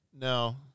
no